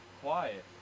quiet